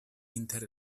inter